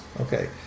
Okay